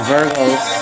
Virgos